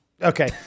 Okay